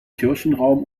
kirchenraum